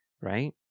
Right